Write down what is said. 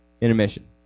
Intermission